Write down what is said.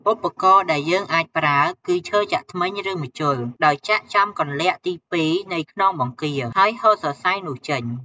ឧបករណ៍៍ដែលយើងអាចប្រើគឺឈើចាក់ធ្មេញ ឬ ម្ជុល ដោយចាក់ចំគន្លាក់ទីពីរនៃខ្នងបង្គា ហើយហូតសរសៃនោះចេញ។